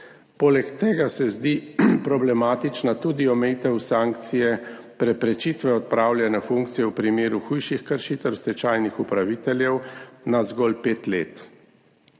Poleg tega se zdi problematična tudi omejitev sankcije preprečitve opravljanja funkcije v primeru hujših kršitev stečajnih upraviteljev na zgolj pet let.